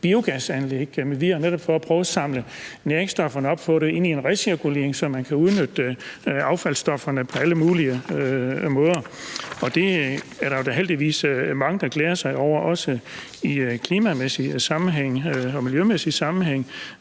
biogasanlæg. Vi har jo netop prøvet at samle næringsstofferne op og få dem ind i en recirkulering, så man kan udnytte affaldsstofferne på alle mulige måder. Og det er der heldigvis mange der glæder sig over, også i klima- og miljømæssig sammenhæng